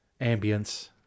ambience